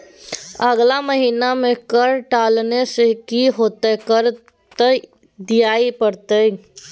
अगला महिना मे कर टालने सँ की हेतौ कर त दिइयै पड़तौ